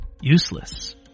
useless